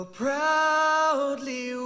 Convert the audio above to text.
proudly